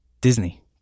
Disney